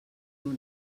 una